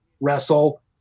wrestle